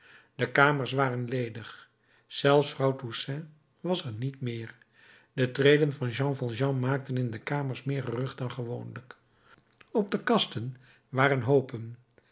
de kamers waren ledig zelfs vrouw toussaint was er niet meer de treden van jean valjean maakten in de kamers meer gerucht dan gewoonlijk al de kasten waren open